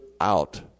out